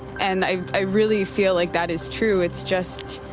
and i really feel like that is true. it's just